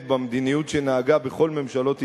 במדיניות שהיתה נהוגה בכל ממשלות ישראל,